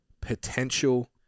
potential